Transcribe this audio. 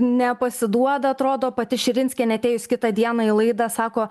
nepasiduoda atrodo pati širinskienė atėjus kitą dieną į laidą sako